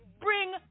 Bring